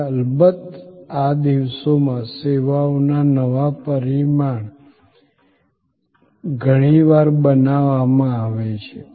અને અલબત્ત આ દિવસોમાં સેવાઓના નવા પરિમાણ ઘણીવાર બનાવવામાં આવે છે